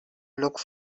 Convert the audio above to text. look